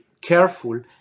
careful